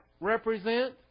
represent